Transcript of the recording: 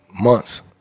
months